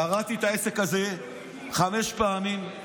קראתי את העסק הזה חמש פעמים,